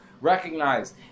recognize